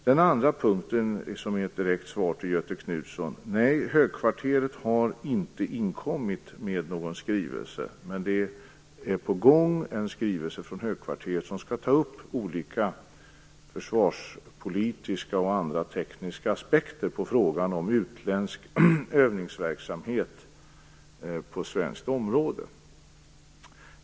Det andra är ett direkt svar till Göthe Knutson. Nej, högkvarteret har inte inkommit med någon skrivelse, men det är på gång en sådan som skall ta upp olika försvarspolitiska och tekniska aspekter på frågan utländsk övningsverksamhet på svenskt område.